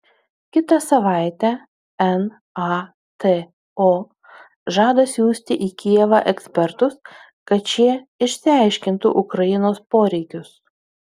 kitą savaitę nato žada siųsti į kijevą ekspertus kad šie išsiaiškintų ukrainos poreikius